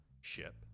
ship